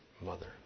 mother